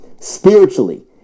spiritually